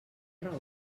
raó